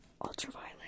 ultraviolet